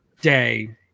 Day